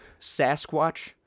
Sasquatch